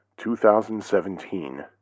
2017